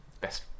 best